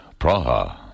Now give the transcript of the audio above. Praha